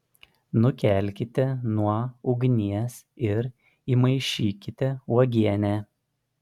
nukelkite nuo ugnies ir įmaišykite uogienę